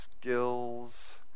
skills